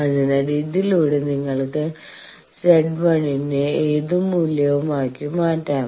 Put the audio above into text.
അതിനാൽ ഇതിലൂടെ നിങ്ങൾക്ക് Z1 നെ ഏത് മൂല്യവും ആക്കി മാറ്റാം